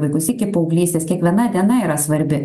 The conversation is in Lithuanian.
vaikus iki paauglystės kiekviena diena yra svarbi